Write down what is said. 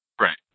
right